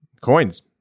coins